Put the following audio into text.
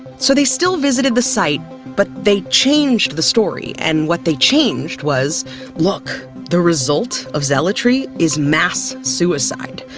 so they still visited the site but they changed the story and what they changed was look, the result of zealotry is mass suicide.